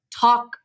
talk